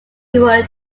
were